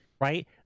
right